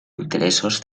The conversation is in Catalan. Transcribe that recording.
interessos